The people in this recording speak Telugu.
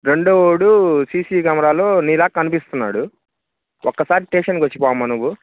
రెండవవాడు సీ సీ కెమెరాలో నీలాగ కనిపిస్తున్నాడు ఒక్కసారి స్టేషన్కి వచ్చి పో అమ్మ నువ్వు